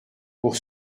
pour